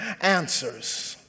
answers